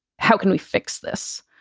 how can we fix this?